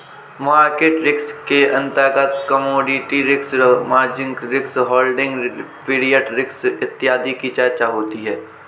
market risk के अंतर्गत commodity risk, margin risk, holding period risk इत्यादि की चर्चा होती है